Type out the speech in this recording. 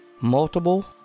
Multiple